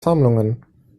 sammlungen